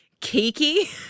Kiki